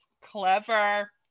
clever